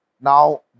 now